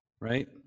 Right